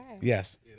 Yes